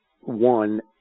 one